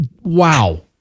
wow